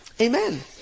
Amen